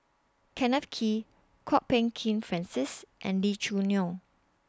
Kenneth Kee Kwok Peng Kin Francis and Lee Choo Neo